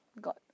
got